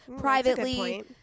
privately